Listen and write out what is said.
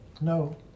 No